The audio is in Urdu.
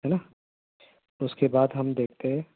ہے نا اس کے بعد ہم دیکھتے ہیں